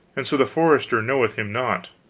and so the forester knoweth him not.